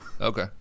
okay